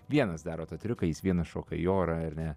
vienas daro tą triuką jis vienas šoka į orą ar ne